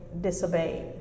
disobeyed